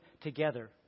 together